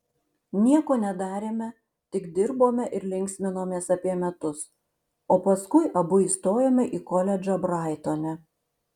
nieko nedarėme tik dirbome ir linksminomės apie metus o paskui abu įstojome į koledžą braitone